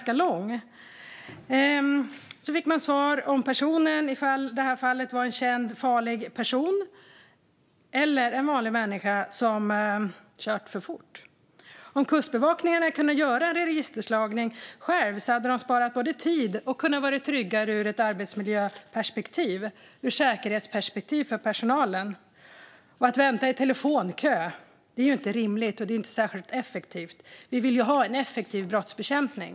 Sedan fick man svar om personen i fråga var en känd farlig person eller en vanlig människa som kört för fort. Om Kustbevakningen själv hade kunnat göra en registerslagning hade man både sparat tid och varit tryggare ur ett arbetsmiljö och säkerhetsperspektiv. Att dessutom vänta i telefonkö är inte rimligt. Det är inte särskilt effektivt; vi vill ju ha en effektiv brottsbekämpning.